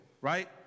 right